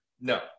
No